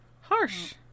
Harsh